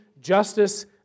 justice